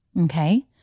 okay